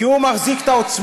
כי הוא מחזיק את העוצמה.